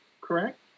correct